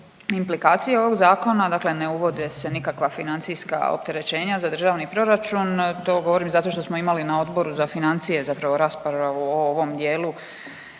implikacije ovog zakona, dakle ne uvode se nikakva financijska opterećenja za državni proračun. To govorim zato što smo imali na Odboru za financije zapravo raspravu o ovom dijelu